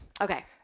Okay